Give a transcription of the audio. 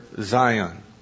Zion